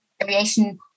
variation